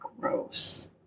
Gross